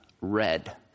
red